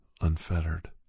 Unfettered